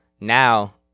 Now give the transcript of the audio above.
now